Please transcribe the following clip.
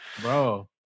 bro